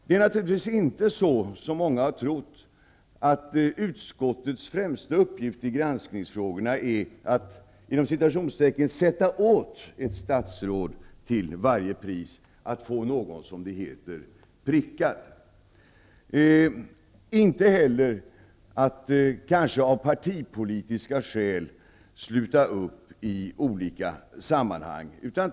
Det är självfallet inte så som många har trott, nämligen att utskottets främsta uppgift i granskningsfrågorna är att till varje pris ''sätta åt'' ett statsråd -- att få någon, som det heter, prickad. Inte heller handlar det om att kanske av partipolitiska skäl sluta upp i olika sammanhang.